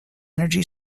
energy